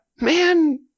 Man